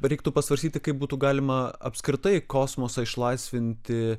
reiktų pasvarstyti kaip būtų galima apskritai kosmosą išlaisvinti